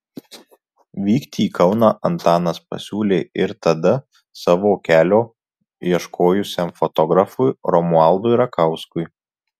vykti į kauną antanas pasiūlė ir tada savo kelio ieškojusiam fotografui romualdui rakauskui